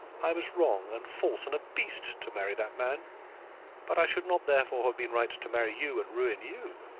i was wrong and false and a beast to marry that man but i should not, therefore, have been right to marry you and ruin you.